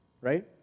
right